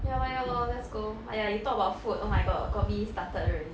ya lor ya lor let's go !aiya! you talk about food oh my god got me started already